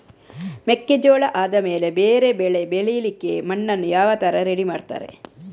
ಮೆಕ್ಕೆಜೋಳ ಆದಮೇಲೆ ಬೇರೆ ಬೆಳೆ ಬೆಳಿಲಿಕ್ಕೆ ಮಣ್ಣನ್ನು ಯಾವ ತರ ರೆಡಿ ಮಾಡ್ತಾರೆ?